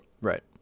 Right